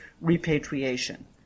repatriation